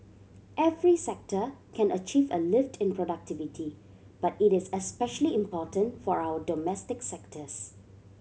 every sector can achieve a lift in productivity but it is especially important for our domestic sectors